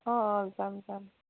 অঁ অঁ যাম যাম